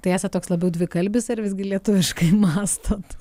tai esat toks labiau dvikalbis ar visgi lietuviškai mąstot